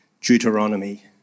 Deuteronomy